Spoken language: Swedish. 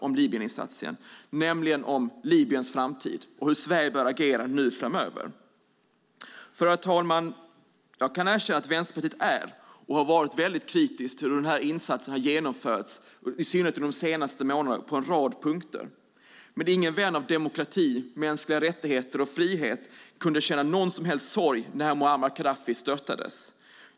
Jag vill nämligen tala om Libyens framtid och om hur Sverige bör agera nu framöver. Herr talman! Jag kan erkänna att Vänsterpartiet är och har varit kritiskt till hur insatsen har genomförts, i synnerhet under de senaste månaderna, på en rad punkter. Men ingen vän av demokrati, mänskliga rättigheter och frihet kunde känna någon som helst sorg när Muammar Gaddafi störtades.